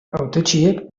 hautetsiek